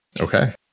Okay